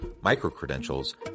micro-credentials